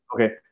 Okay